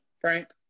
Frank